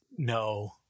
No